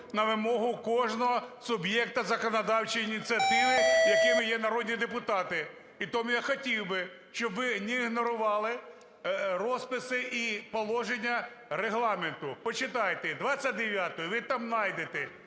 на вимогу кожного суб'єкта законодавчої ініціативи, якими є народні депутати. І тому я хотів би, щоб ви не ігнорували розписи і положення Регламенту. Почитайте їх, 29-ту. Ви там найдете,